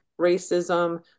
racism